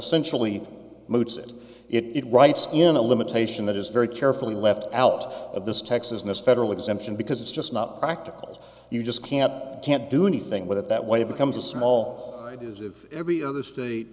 centrally moots it it writes in a limitation that is very carefully left out of this texas in this federal exemption because it's just not practical you just can't can't do anything with it that way it becomes a small ideas of every other state